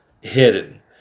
hidden